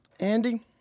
Andy